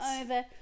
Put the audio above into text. over